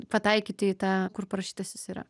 pataikyti į tą kur parašytas jis yra